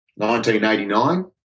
1989